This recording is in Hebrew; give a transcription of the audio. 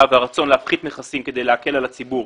והרצון להפחית מכסים כדי להקל על הציבור